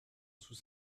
sous